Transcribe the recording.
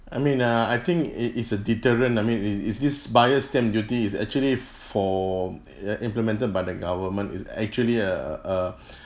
I mean uh I think it is a deterrent I mean is is this buyers stamp duty is actually for uh implemented by the government is actually a a a